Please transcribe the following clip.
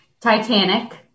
Titanic